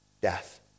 death